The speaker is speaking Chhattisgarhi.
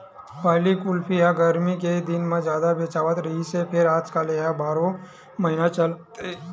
पहिली कुल्फी ह गरमी के दिन म जादा बेचावत रिहिस हे फेर आजकाल ए ह बारो महिना चलत हे